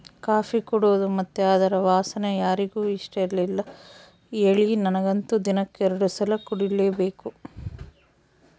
coffee ಕುಡೇದು ಮತ್ತೆ ಅದರ ವಾಸನೆ ಯಾರಿಗೆ ಇಷ್ಟಇರಲ್ಲ ಹೇಳಿ ನನಗಂತೂ ದಿನಕ್ಕ ಎರಡು ಸಲ ಕುಡಿಲೇಬೇಕು